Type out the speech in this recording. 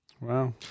Wow